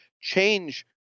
change